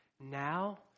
Now